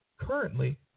currently